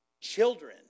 children